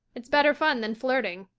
it's better fun than flirting,